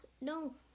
No